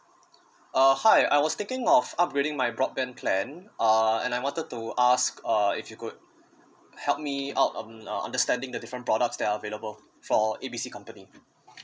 uh hi I was thinking of upgrading my broadband plan uh and I wanted to ask uh if you could help me out on uh understanding the different products that are available for A B C company